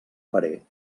parer